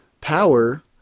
power